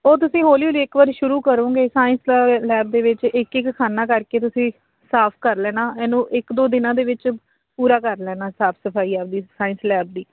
ਉਹ ਤੁਸੀਂ ਹੌਲੀ ਹੌਲੀ ਇੱਕ ਵਾਰ ਸ਼ੁਰੂ ਕਰੂੰਗੇ ਸਾਇੰਸ ਲੈਬ ਦੇ ਵਿੱਚ ਇੱਕ ਇੱਕ ਖਾਨਾ ਕਰਕੇ ਤੁਸੀਂ ਸਾਫ ਕਰ ਲੈਣਾ ਇਹਨੂੰ ਇੱਕ ਦੋ ਦਿਨਾਂ ਦੇ ਵਿੱਚ ਪੂਰਾ ਕਰ ਲੈਣਾ ਸਾਫ਼ ਸਫਾਈ ਆਪਦੀ ਸਾਇੰਸ ਲੈਬ ਦੀ